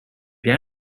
jij